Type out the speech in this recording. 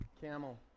Camel